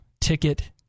ticket